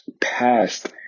past